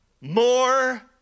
More